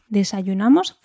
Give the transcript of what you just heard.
desayunamos